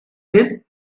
him